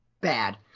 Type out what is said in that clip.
bad